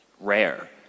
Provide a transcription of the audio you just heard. rare